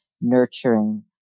nurturing